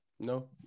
No